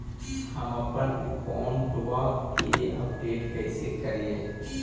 हमपन अकाउंट वा के अपडेट कैसै करिअई?